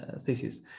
thesis